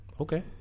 Okay